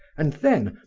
and then,